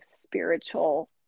spiritual